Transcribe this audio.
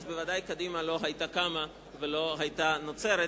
אז בוודאי קדימה לא היתה קמה ולא היתה נוצרת,